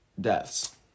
deaths